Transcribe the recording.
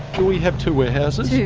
we have two warehouses. yeah